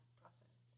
process